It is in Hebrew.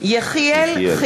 יחיאל.